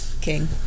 King